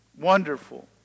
Wonderful